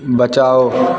बचाओ